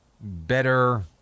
better